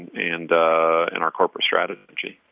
and and our corporate strategy.